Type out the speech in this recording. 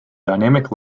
dynamic